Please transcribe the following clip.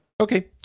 Okay